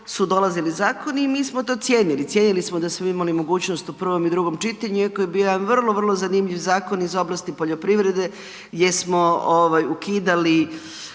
su dolazili zakoni i mi smo to cijenili, cijenili smo da smo imali mogućnost u prvom i drugom čitanju iako je bio jedan vrlo, vrlo zanimljiv zakon iz oblasti poljoprivrede gdje smo ovaj ukidali